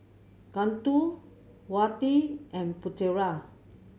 Guntur Wati and Putera